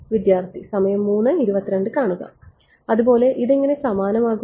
വിദ്യാർത്ഥി അതുപോലെ ഇതെങ്ങനെ സമാനം ആകും